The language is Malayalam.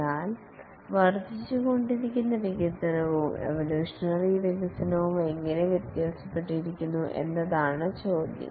എന്നാൽ വർദ്ധിച്ചുകൊണ്ടിരിക്കുന്ന വികസനവും എവൊല്യൂഷനറി വികസനവും എങ്ങനെ വ്യത്യാസപ്പെട്ടിരിക്കുന്നു എന്നതാണ് ചോദ്യം